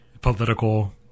political